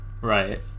right